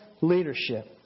leadership